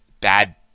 bad